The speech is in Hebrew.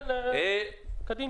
ולהתנהל קדימה.